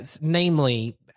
namely